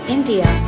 India